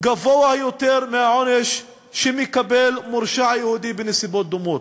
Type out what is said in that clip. גדול מהעונש שמקבל מורשע יהודי בנסיבות דומות.